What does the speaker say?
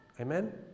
Amen